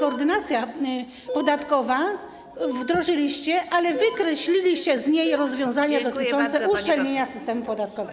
Ordynację podatkową wdrożyliście, ale wykreśliliście z niej rozwiązania dotyczące uszczelnienia systemu podatkowego.